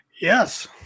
Yes